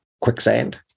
quicksand